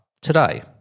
today